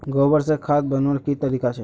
गोबर से खाद बनवार की तरीका छे?